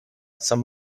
some